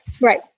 right